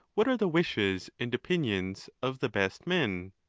what are the wishes and opinions of the best men?